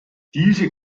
diese